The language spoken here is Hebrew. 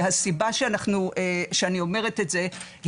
והסיבה שאני אומרת את זה,